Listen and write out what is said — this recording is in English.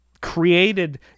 created